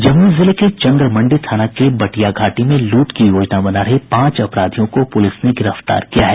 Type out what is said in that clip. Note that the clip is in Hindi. जमुई जिले के चंद्रमंडी थाना के बटिया घाटी में लूट की योजना बना रहे पांच अपराधियों को पुलिस ने गिरफ्तार किया है